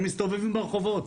הם מסתובבים ברחובות.